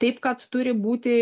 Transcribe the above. taip kad turi būti